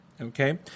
okay